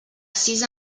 sis